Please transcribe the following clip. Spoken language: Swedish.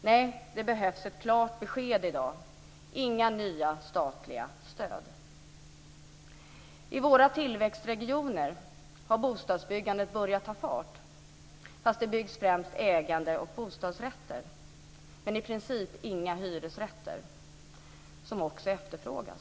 Nej, det behövs ett klart besked i dag: inga nya statliga stöd. I våra tillväxtregioner har bostadsbyggandet börjat ta fart, även om det främst byggs ägande och bostadsrätter men i princip inga hyresrätter, som också efterfrågas.